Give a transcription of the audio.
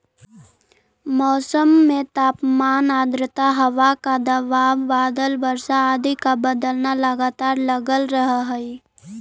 मौसम में तापमान आद्रता हवा का दबाव बादल वर्षा आदि का बदलना लगातार लगल रहअ हई